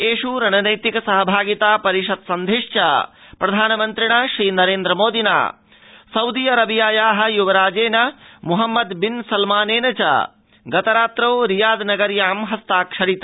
एष् रणनैतिक सहभागिता परिषत्सन्धिश्च प्रधानमन्त्रिणा श्रीनरेन्द्र मोदिना सउदी अरबियाया युवराजेन मोहम्मद बिन सलमानेन च गतरात्रौ रियाद नगर्या हस्ताक्षरित